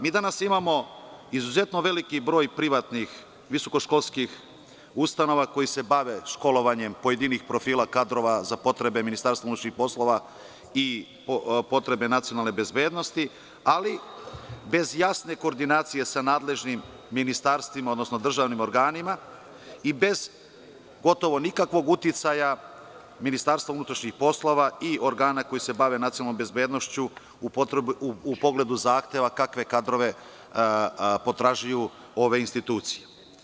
Mi danas imamo izuzetno veliki broj privatnih visokoškolskih ustanova koje se bave školovanjem pojedinih profila kadrova za potrebe Ministarstva unutrašnjih poslova i potrebe nacionalne bezbednosti, ali bez jasne koordinacije sa nadležnim ministarstvima, odnosno državnim organima i bez gotovo nikakvog uticaja Ministarstva unutrašnjih poslova i organa koji se bave nacionalnom bezbednošću u pogledu zahteva kakve kadrove potražuju ove institucije.